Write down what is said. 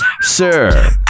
Sir